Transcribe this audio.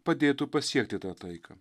padėtų pasiekti tą taiką